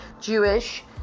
Jewish